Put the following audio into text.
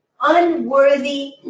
unworthy